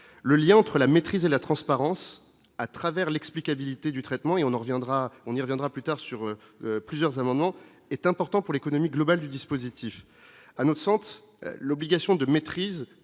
le lien entre la maîtrise et la transparence à travers l'explique habilité du traitement et on en reviendra, on y reviendra plus tard sur plusieurs amendements est important pour l'économie globale du dispositif, à notre sens, l'obligation de maîtrise